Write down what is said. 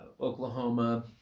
Oklahoma